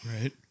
right